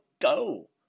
go